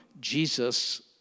Jesus